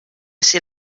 ser